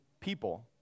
people